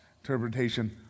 interpretation